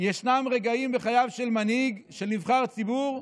ישנם רגעים בחייו של מנהיג, של נבחר ציבור,